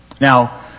Now